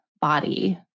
body